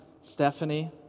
Stephanie